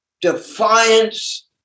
defiance